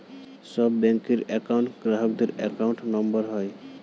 সব ব্যাঙ্কের একউন্ট গ্রাহকদের অ্যাকাউন্ট নম্বর হয়